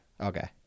Okay